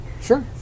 sure